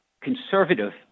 conservative